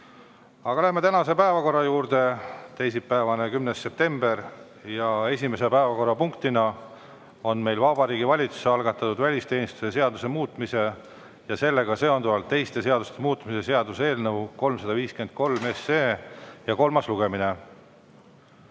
Aga läheme tänase päevakorra juurde. On teisipäev, 10. september. Esimene päevakorrapunkt on meil Vabariigi Valitsuse algatatud välisteenistuse seaduse muutmise ja sellega seonduvalt teiste seaduste muutmise seaduse eelnõu 353 kolmas lugemine.